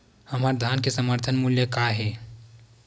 हमर धान के समर्थन मूल्य का हे?